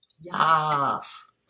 Yes